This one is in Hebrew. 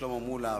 שלמה מולה,